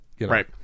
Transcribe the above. Right